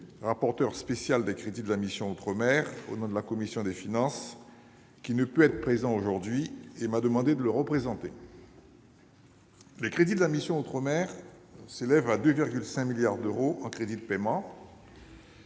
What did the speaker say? rapporteur spécial des crédits de la mission « Outre-mer » pour la commission des finances. Ne pouvant être présent aujourd'hui, il m'a demandé de le remplacer. Les crédits de la mission « Outre-mer » s'élèvent à 2,5 milliards d'euros en crédits de paiement.